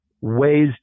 ways